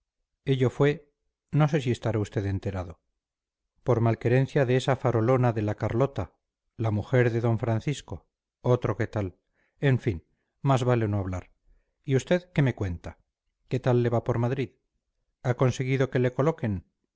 ello fue no sé si estará usted enterado por malquerencia de esa farolona de la carlota la mujer del don francisco otro que tal en fin más vale no hablar y usted qué me cuenta qué tal le va por madrid ha conseguido que le coloquen